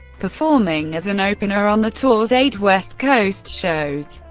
performing as an opener on the tour's eight west coast shows.